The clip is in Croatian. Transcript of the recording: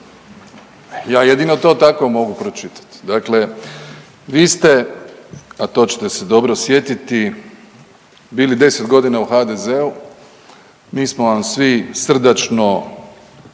Ja jedino to tako mogu pročitati. Dakle, vi ste a to ćete se dobro sjetiti bili 10 godina u HDZ-u, mi smo vam svi srdačno,